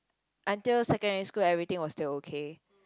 until secondary school everything was still okay